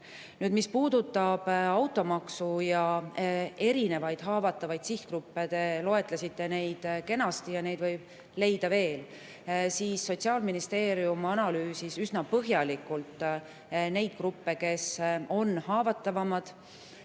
Mis puudutab automaksu ja erinevaid haavatavaid sihtgruppe – te loetlesite neid kenasti ja neid võib leida veel –, siis Sotsiaalministeerium analüüsis üsna põhjalikult neid gruppe, kes on haavatavamad.